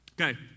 Okay